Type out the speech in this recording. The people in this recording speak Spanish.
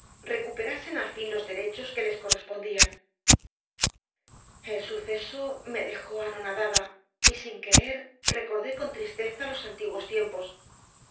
estirpe recuperasen al fin los derechos que les correspondían el suceso me dejó anonadada y sin querer recordé con tristeza los antiguos tiempos